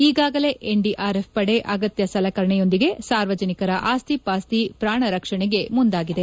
ಈಗಾಗಲೇ ಎನ್ಡಿಆರ್ಎಫ್ ಪಡೆ ಅಗತ್ಯ ಸಲಕರಣೆಯೊಂದಿಗೆ ಸಾರ್ವಜನಿಕರ ಆಸ್ತಿಪಾಸ್ತಿ ಪ್ರಾಣ ರಕ್ಷಣೆಗೆ ಮುಂದಾಗಿದೆ